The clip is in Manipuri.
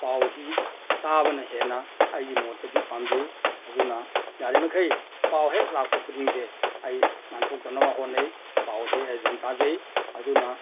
ꯄꯥꯎꯁꯤ ꯇꯥꯕꯅ ꯍꯦꯟꯅ ꯑꯩꯒꯤ ꯃꯣꯠꯇꯗꯤ ꯄꯥꯝꯖꯩ ꯑꯗꯨꯅ ꯌꯥꯔꯤ ꯃꯈꯩ ꯄꯥꯎ ꯍꯦꯛ ꯂꯥꯛꯄ ꯈꯨꯗꯤꯡꯁꯦ ꯑꯩ ꯅꯥꯟꯊꯣꯛꯇꯅꯕ ꯍꯣꯠꯅꯩ ꯄꯥꯎꯁꯦ ꯑꯗꯨꯝ ꯇꯥꯖꯩ ꯑꯗꯨꯅ